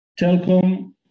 Telcom